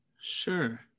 Sure